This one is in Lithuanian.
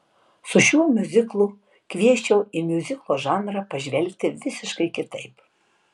su šiuo miuziklu kviesčiau į miuziklo žanrą pažvelgti visiškai kitaip